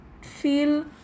feel